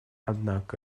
однако